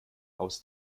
aus